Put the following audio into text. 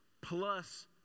plus